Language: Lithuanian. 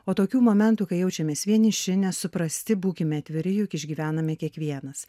o tokių momentų kai jaučiamės vieniši nesuprasti būkime atviri juk išgyvename kiekvienas